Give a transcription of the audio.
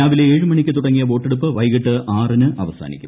രാവിലെ ഏഴ് മണിക്ക് തുടങ്ങിയ വോട്ടെടുപ്പ് വൈകിട്ട് ആറിന് അവസാനിക്കും